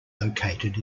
located